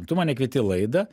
tu mane kvieti į laidą